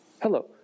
hello